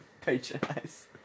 Patronize